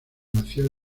nació